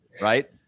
right